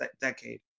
decade